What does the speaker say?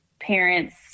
parents